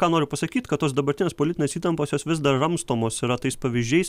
ką noriu pasakyt kad tos dabartinės politinės įtampos jos vis ramstomos yra tais pavyzdžiais